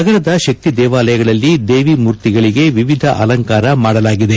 ನಗರದ ಶಕ್ತಿ ದೇವಾಲಯಗಳಲ್ಲಿ ದೇವಿ ಮೂರ್ತಿಗಳಿಗೆ ವಿವಿಧ ಅಲಂಕಾರ ಮಾಡಲಾಗಿದೆ